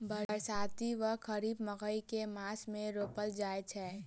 बरसाती वा खरीफ मकई केँ मास मे रोपल जाय छैय?